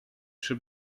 przy